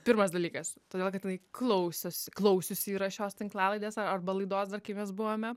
pirmas dalykas todėl kad jinai klausius klausiusi yra šios tinklalaidės ar arba laidos dar kai mes buvome